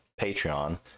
patreon